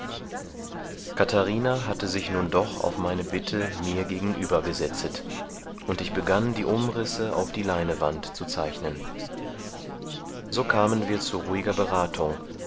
katharina hatte sich nun doch auf meine bitte mir genüber gesetzet und ich begann die umrisse auf die leinewand zu zeichnen so kamen wir zu ruhiger berathung